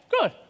Good